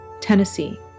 Tennessee